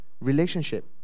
relationship